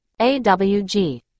AWG